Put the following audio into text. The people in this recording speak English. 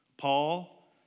Paul